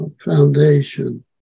foundation